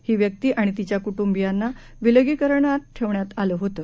ही व्यक्ती आणि तिच्या कूट्रबियांना विलगीकरणात ठेवण्यात आलं होतं